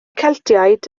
celtiaid